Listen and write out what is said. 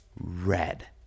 red